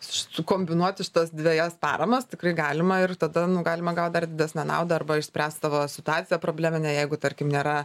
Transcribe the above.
sukombinuot šitas dvejas paramas tikrai galima ir tada galima gaut dar didesnę naudą arba išspręst savo situaciją probleminę jeigu tarkim nėra